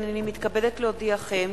הנני מתכבדת להודיעכם,